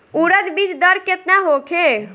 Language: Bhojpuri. उरद बीज दर केतना होखे?